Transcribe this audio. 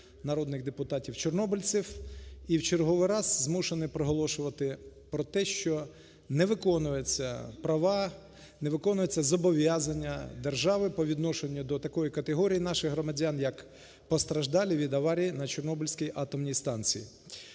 народних депутатів-чорнобильців, і в черговий раз змушений проголошувати про те, що не виконуються права, не виконуються зобов'язання держави по відношенню до такої категорії наших громадян, як постраждалі від аварії на Чорнобильській атомній станції.